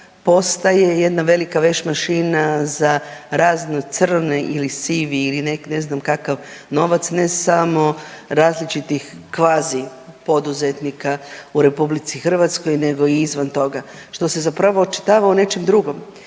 postaje jedna velika veš mašina za razno crni ili sivi ili ne znam kakav novac ne samo različitih kvazi poduzetnika u RH nego i izvan toga što se zapravo očitava u nečem drugom.